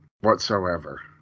whatsoever